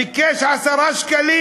ביקש 10 שקלים,